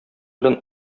белән